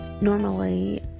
normally